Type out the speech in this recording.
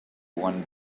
one